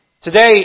Today